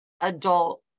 adult